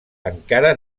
encara